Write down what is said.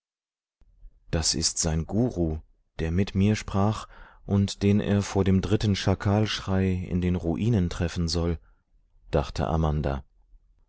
das ist sein guru der mit mir sprach und den er vor dem dritten schakalschrei in den ruinen treffen soll dachte amanda